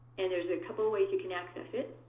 and there's a couple ways you can access it.